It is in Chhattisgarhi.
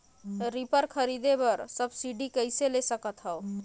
रीपर खरीदे बर सब्सिडी कइसे ले सकथव?